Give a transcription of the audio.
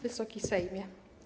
Wysoki Sejmie!